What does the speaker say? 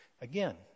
Again